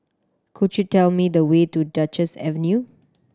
could you tell me the way to Duchess Avenue